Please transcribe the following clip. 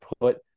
put